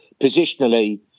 positionally